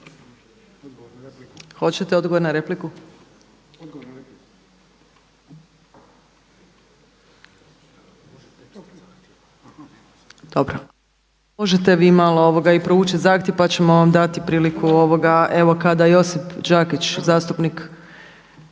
Odgovor na repliku.